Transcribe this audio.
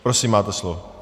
Prosím, máte slovo.